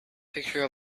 picture